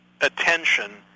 attention